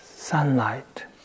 sunlight